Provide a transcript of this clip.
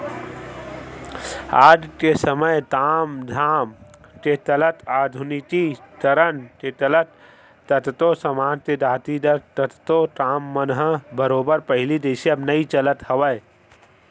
आज के समे ताम झाम के चलत आधुनिकीकरन के चलत कतको समाज के जातिगत कतको काम मन ह बरोबर पहिली जइसे अब नइ चलत हवय